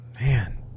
Man